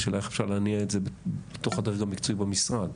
השאלה איך אפשר להניע את זה בתוך הדרג המקצועי במשרד?